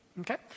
Okay